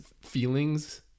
feelings